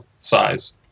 size